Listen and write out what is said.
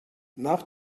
nach